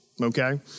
Okay